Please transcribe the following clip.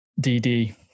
DD